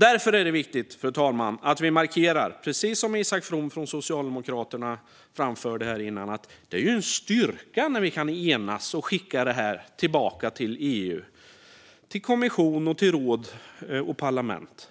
Därför är det viktigt, fru talman, att vi, precis som Isak From från Socialdemokraterna framförde här tidigare, markerar att det är en styrka när vi kan enas och skicka detta tillbaka till EU, till kommission, råd och parlament: